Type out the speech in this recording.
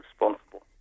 responsible